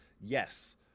yes